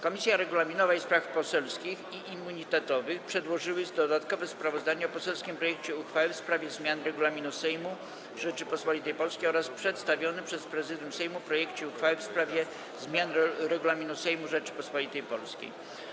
Komisja Regulaminowa, Spraw Poselskich i Immunitetowych przedłożyła dodatkowe sprawozdanie o poselskim projekcie uchwały w sprawie zmiany Regulaminu Sejmu Rzeczypospolitej Polskiej oraz przedstawionym przez Prezydium Sejmu projekcie uchwały w sprawie zmiany Regulaminu Sejmu Rzeczypospolitej Polskiej.